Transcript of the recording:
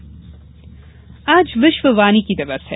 विश्व वानिकी दिवस आज विश्व वानिकी दिवस है